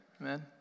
Amen